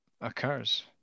occurs